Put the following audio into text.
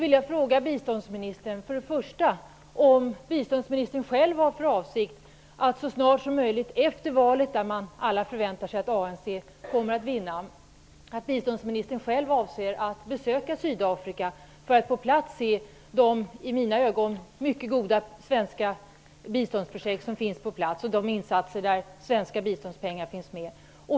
Jag vill för det första fråga om biståndsministern själv har för avsikt att så snart som möjligt efter valet -- som alla förväntar sig att ANC kommer att vinna -- besöka Sydafrika för att på plats se de, i mina ögon, mycket goda svenska biståndsprojekten och de insatser där svenska biståndspengar finns med.